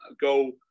go